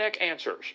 answers